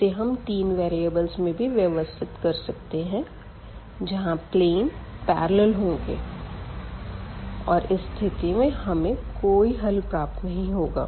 इसे हम तीन वेरीअबलस में भी व्यवस्थित कर सकते है जहाँ प्लेन पेरलल होंगे और इस स्थिति में हमें कोई हल प्राप्त नहीं होगा